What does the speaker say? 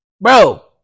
Bro